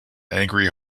angry